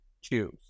choose